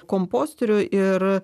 komposteriu ir